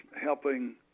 helping